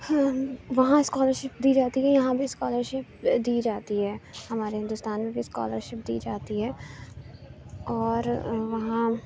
وہاں اسکالرشپ دی جاتی ہے یہاں بھی اسکالرشپ دی جاتی ہے ہمارے ہندوستان میں بھی اسکالرشپ دی جاتی ہے اور وہاں